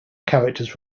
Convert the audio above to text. characters